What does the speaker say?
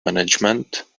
management